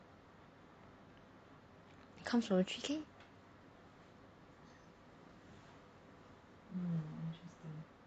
it comes from the three k